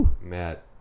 Matt